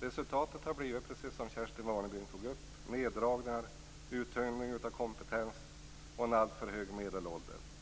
Resultatet har blivit - precis som Kerstin Warnerbring tog upp - neddragningar, uttunning av kompetens och en alltför hög medelålder.